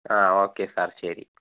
ആ okay sir ശരി